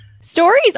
Stories